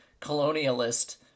colonialist